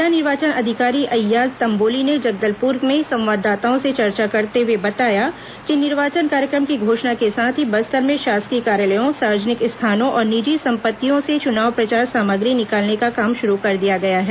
जिला निर्वाचन अधिकारी अय्याज तंबोली ने जगदलपुर में संवाददाताओं से चर्चा करते हुए बताया कि निर्वाचन कार्यक्रम की घोषणा के साथ ही बस्तर में शासकीय कार्यालयों सार्वजनिक स्थानों और निजी संपत्तियों से चुनाव प्रचार सामग्री निकालने का काम शुरू कर दिया गया है